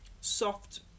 soft